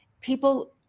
people